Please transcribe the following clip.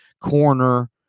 corner